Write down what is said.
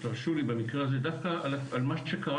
ותרשו לי במקרה הזה לדבר דווקא על מה שקרה